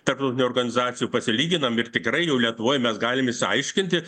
tarptautinių organizacijų pasilyginam ir tikrai jau lietuvoj mes galim išsiaiškinti